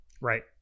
Right